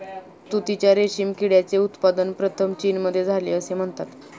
तुतीच्या रेशीम किड्याचे उत्पादन प्रथम चीनमध्ये झाले असे म्हणतात